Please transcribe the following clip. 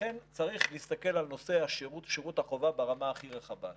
ולכן צריך להסתכל על נושא שירות החובה ברמה הכי רחבה שלו.